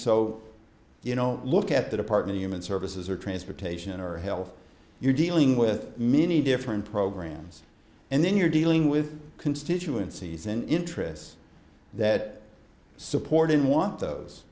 so you know look at the department human services or transportation or health you're dealing with many different programs and then you're dealing with constituencies and interests that support in want those